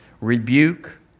rebuke